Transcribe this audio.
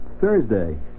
Thursday